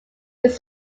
his